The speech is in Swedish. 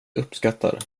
uppskattar